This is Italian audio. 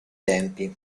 tempi